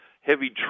heavy